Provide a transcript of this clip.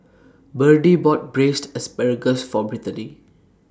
Birdie bought Braised Asparagus For Brittaney